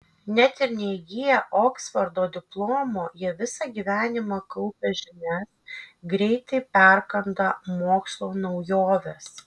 net ir neįgiję oksfordo diplomo jie visą gyvenimą kaupia žinias greitai perkanda mokslo naujoves